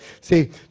See